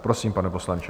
Prosím, pane poslanče.